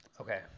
Okay